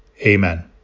Amen